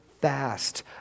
fast